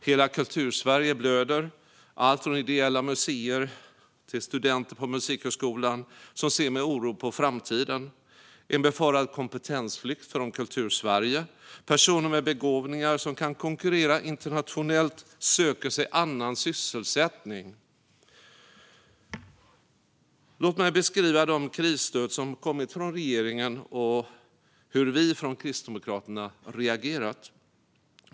Hela Kultursverige blöder. Det är allt från ideella museer till studenter på Musikhögskolan som ser med oro på framtiden. Det är en befarad kompetensflykt från Kultursverige. Personer med begåvningar som kan konkurrera internationellt söker sig annan sysselsättning. Låt mig beskriva de krisstöd som kommit från regeringen och hur vi från Kristdemokraterna reagerat.